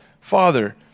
father